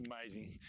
amazing